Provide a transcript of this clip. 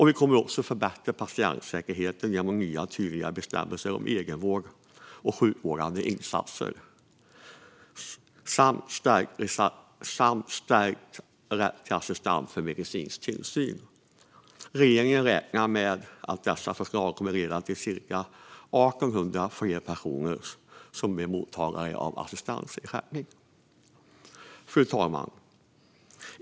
Vi kommer också att förbättra patientsäkerheten genom nya tydligare bestämmelser om egenvård och sjukvårdande insatser samt stärkt rätt till assistans för medicinsk tillsyn. Regeringen räknar med att dessa förslag kommer att leda till cirka 1 800 fler mottagare av assistansersättning. Fru talman!